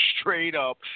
straight-up